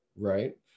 right